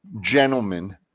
gentlemen